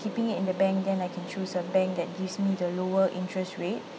keeping it in the bank then I can choose a bank that gives me the lower interest rate